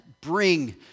bring